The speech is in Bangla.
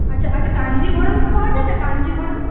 আচ্ছা আচ্ছা কাঞ্জিভরম কি পাওয়া যাবে কাঞ্জিভরম